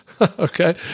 Okay